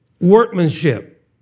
workmanship